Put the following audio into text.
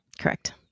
Correct